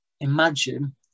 Imagine